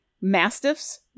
Mastiffs